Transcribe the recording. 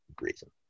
reason